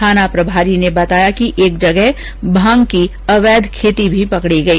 थाना प्रभारी ने बताया कि एक जगह भांग की अवैध खेती भी पकड़ी गई